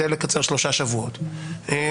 יהיה לקצר שלושה שבועות במקסימום.